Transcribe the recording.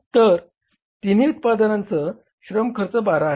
तर तिन्ही उत्पादनांच श्रम खर्च 12 आहे